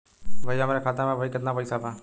भईया हमरे खाता में अबहीं केतना पैसा बा?